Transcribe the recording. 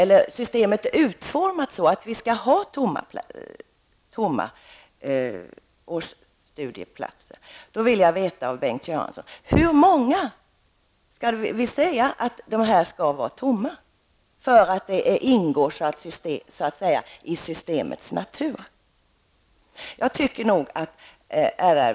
Om nu systemet i sig är utformat så, att det skall finnas tomma årsstudieplatser, vill jag veta av Bengt Göransson: Hur många av dessa platser skall vara tomma för att det ingår i systemets natur?